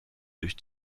durch